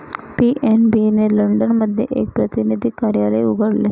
PNB ने London मध्ये एक प्रतिनिधीचे कार्यालय उघडले